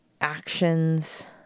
actions